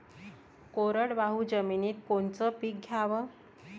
कोरडवाहू जमिनीत कोनचं पीक घ्याव?